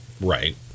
Right